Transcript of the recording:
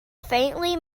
faintly